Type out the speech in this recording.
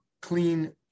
clean